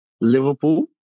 liverpool